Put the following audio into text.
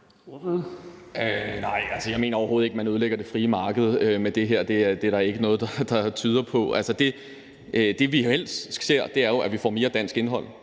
Jeg mener overhovedet ikke, at man ødelægger det frie marked med det her – det er der ikke noget der tyder på. Det, vi helst ser, er jo, at vi får mere dansk indhold,